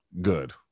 good